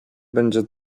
będzie